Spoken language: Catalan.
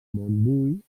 montbui